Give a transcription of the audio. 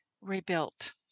rebuilt